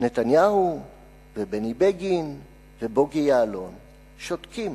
נתניהו ובני בגין ובוגי יעלון שותקים.